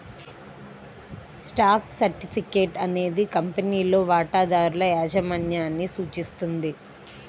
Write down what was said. stock certificate అనేది కంపెనీలో వాటాదారుల యాజమాన్యాన్ని సూచిస్తుంది